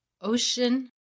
ocean